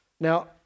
Now